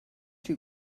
too